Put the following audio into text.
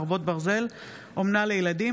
חרבות ברזל) (אומנה לילדים),